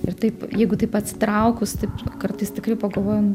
ir taip jeigu taip atsitraukus taip kartais tikrai pagalvoju